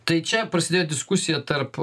tai čia prasidėjo diskusija tarp